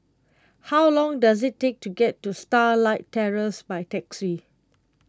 how long does it take to get to Starlight Terrace by taxi